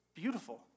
Beautiful